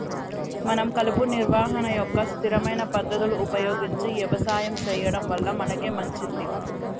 మనం కలుపు నిర్వహణ యొక్క స్థిరమైన పద్ధతులు ఉపయోగించి యవసాయం సెయ్యడం వల్ల మనకే మంచింది